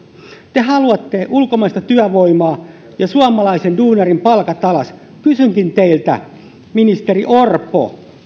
te haluatte ulkomaista työvoimaa ja suomalaisen duunarin palkat alas kysynkin teiltä ministeri orpo